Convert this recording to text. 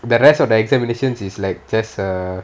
the rest of examinations is like just err